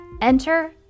Enter